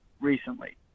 recently